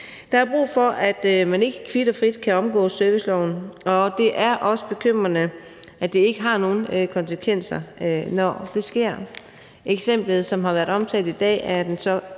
Der er brug for, at man ikke kvit og frit kan omgå serviceloven, og det er også bekymrende, at det ikke har nogen konsekvenser, når det sker. I den såkaldte svømmepigesag, der